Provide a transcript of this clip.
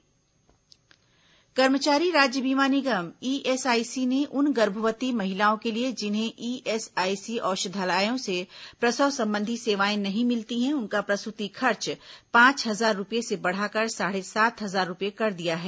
ESIC प्रसूति खर्च कर्मचारी राज्य बीमा निगम ईएसआईसी ने उन गर्भवती महिलाओं के लिए जिन्हें ईएसआईसी औषधालयों से प्रसव संबंधी सेवाएं नहीं मिलती हैं उनका प्रसूति खर्च पांच हजार रूपये से बढ़ाकर साढ़े सात हजार रूपए कर दिया है